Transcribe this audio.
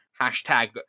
hashtag